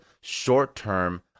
short-term